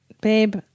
Babe